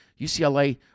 UCLA